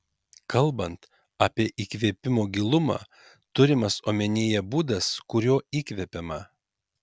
kalbant apie įkvėpimo gilumą turimas omenyje būdas kuriuo įkvepiama